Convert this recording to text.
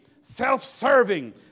self-serving